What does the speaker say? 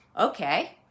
Okay